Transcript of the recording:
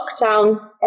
lockdown